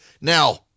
Now